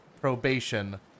probation